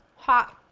hot!